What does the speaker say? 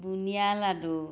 বুনিয়া লাডু